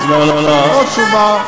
אשמח לתת לך עוד תשובה.